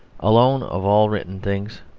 alone, of all written things,